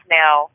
now